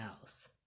else